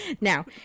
now